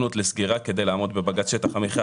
כדי לעמוד בבג"ץ שטח המחיה,